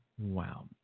Wow